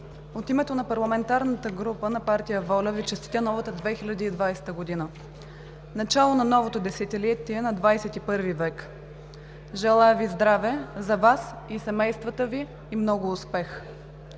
От името на парламентарната група на партия ВОЛЯ Ви честитя новата 2020 г. – начало на новото десетилетие на ХХI век. Желая Ви здраве – на Вас и семействата Ви, и много успех!